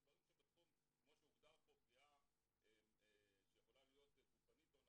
הם דברים שבתחום שהוגדר פה פגיעה גופנית או נפשית,